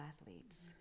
athletes